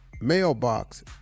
mailbox